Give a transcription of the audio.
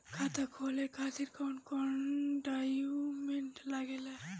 खाता खोले खातिर कौन कौन डॉक्यूमेंट लागेला?